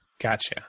Gotcha